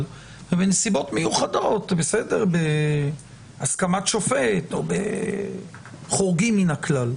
ובנסיבות מיוחדות ובהסכמת שופט חורגים מן הכלל.